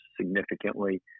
significantly